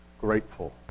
grateful